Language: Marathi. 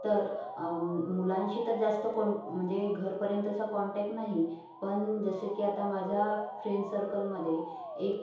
तर मुलांशी तर जास्त कोण म्हणजे घरापर्यंतचा कॉन्टॅक नाही पण जसं की आता माझ्या फ्रेंड सर्कलमध्ये एक